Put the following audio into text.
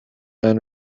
and